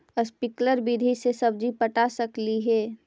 Sprinkle विधि से सब्जी पटा सकली हे?